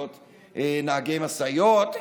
להיות נהגי משאיות,